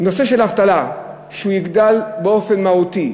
האבטלה תגדל באופן מהותי,